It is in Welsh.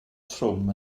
trwm